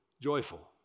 joyful